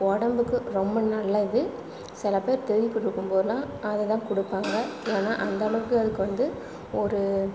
உடம்புக்கு ரொம்ப நல்லது சில பேர் தேள் கொட்டிருக்கும் போதெலாம் அதை தான் கொடுப்பாங்க ஏன்னால் அந்த அளவுக்கு அதுக்கு வந்து ஒரு